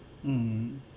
mm